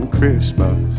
Christmas